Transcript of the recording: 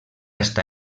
està